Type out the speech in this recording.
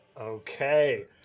Okay